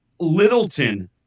Littleton